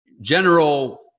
general